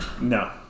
No